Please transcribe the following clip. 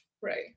Right